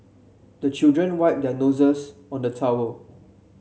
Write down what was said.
the children wipe their noses on the towel